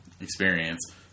experience